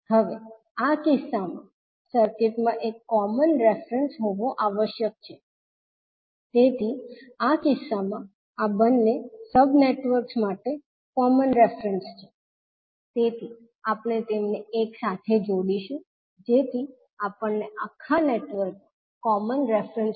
હવે આ કિસ્સામાં સર્કિટમાં એક કોમન રેફરન્સ હોવો આવશ્યક છે તેથી આ કિસ્સામાં આ બંને સબ નેટવર્ક્સ માટે કોમન રેફરન્સ છે તેથી આપણે તેમને એક સાથે જોડીશું જેથી આપણને આખા નેટવર્કનો કોમન રેફરન્સ મળે